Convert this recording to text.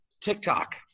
TikTok